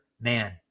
man